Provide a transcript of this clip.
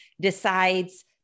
decides